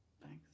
Thanks